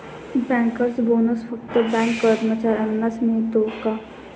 Bankers bonus फक्त bank कर्मचाऱ्यांनाच मिळतो का?